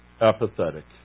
Apathetic